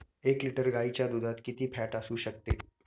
एक लिटर गाईच्या दुधात किती फॅट असू शकते?